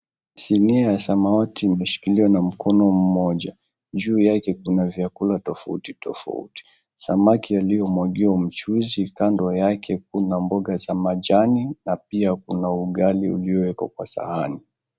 Sinia ya samawati imeshikiliwa na mkono mmoja. Juu yake kuna vyakula tofauti tofauti. Samaki aliyemwagiwa mchuzi, kando yake kuna mboga za majani na pia kuna ugali uliowekwa kwa sahani.